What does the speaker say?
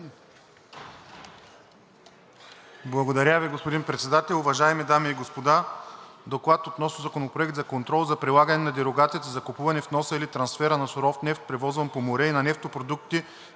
Благодаря Ви, господин Председател. Уважаеми дами и господа! „ДОКЛАД относно Законопроект за контрол за прилагане на дерогацията за закупуването, вноса или трансфера на суров нефт, превозван по море, и на нефтопродукти